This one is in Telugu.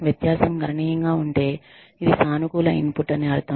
వ్యత్యాసం గణనీయంగా ఉంటే ఇది సానుకూల ఇన్పుట్ అని అర్థం